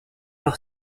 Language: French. par